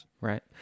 Right